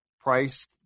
price